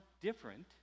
different